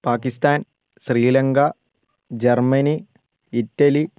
Pakistan Sri Lanka Germany Italy